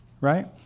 Right